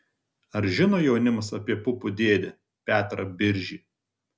ar žino jaunimas apie pupų dėdę petrą biržį